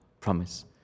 promise